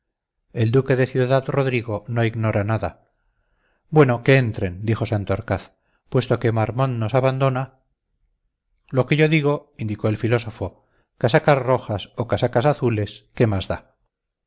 el duque de ciudad-rodrigo no ignora nada bueno que entren dijo santorcaz puesto que marmont nos abandona lo que yo digo indicó el filósofo casacas rojas o casacas azules qué más da